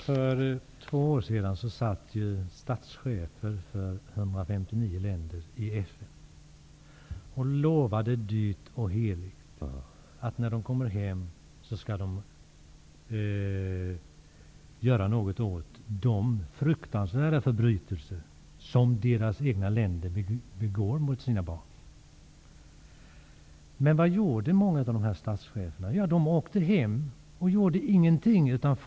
Herr talman! Jag tackar för det utförliga svaret. För två år sedan satt statschefer från 159 länder i FN och lovade dyrt och heligt att de när de kom hem skulle göra något åt de fruktansvärda förbrytelser som deras egna länder begår mot sina barn. Men vad gjorde många av de här statscheferna? Jo, de åkte hem och gjorde ingenting.